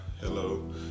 Hello